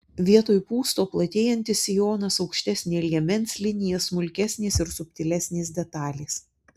vietoj pūsto platėjantis sijonas aukštesnė liemens linija smulkesnės ir subtilesnės detalės